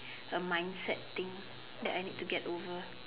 a mindset thing that I need to get over